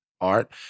art